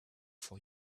for